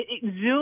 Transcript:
Zoom